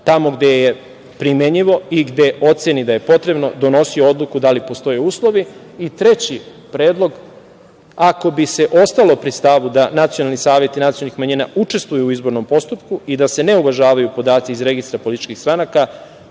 tamo gde je primenjivo i gde oceni da je potrebno donosio odluku da li postoje uslovi. Treći predlog. Ako bi se ostalo pri stavu da nacionalni savet nacionalnih manjina učestvuje u izbornom postupku i da se ne uvažavaju podaci iz Registra političkih stranaka,